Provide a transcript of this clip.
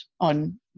on